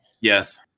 Yes